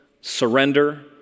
surrender